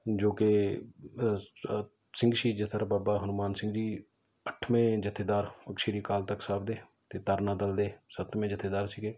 ਜੋ ਕਿ ਸਿੰਘ ਸ਼ਹੀਦ ਜੱਥੇਦਾਰ ਬਾਬਾ ਹਨੂੰਮਾਨ ਸਿੰਘ ਜੀ ਅੱਠਵੇਂ ਜੱਥੇਦਾਰ ਸ਼੍ਰੀ ਅਕਾਲ ਤਖਤ ਸਾਹਿਬ ਦੇ ਅਤੇ ਤਰਨਾ ਦਲ ਦੇ ਸੱਤਵੇਂ ਜੱਥੇਦਾਰ ਸੀਗੇ